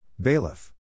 Bailiff